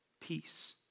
peace